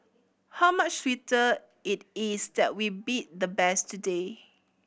how much sweeter it is that we beat the best today